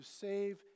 save